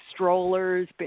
strollers